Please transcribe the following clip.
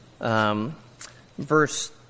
verse